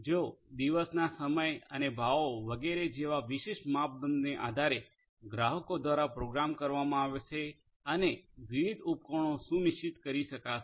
જેઓ દિવસના સમય અને ભાવો વગેરે જેવા વિશિષ્ટ માપદંડને આધારે ગ્રાહકો દ્વારા પ્રોગ્રામ કરવામાં આવશે અને વિવિધ ઉપકરણો સુનિશ્ચિત કરી શકાશે